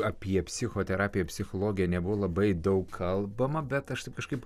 apie psichoterapiją psichologiją nebuvo labai daug kalbama bet aš taip kažkaip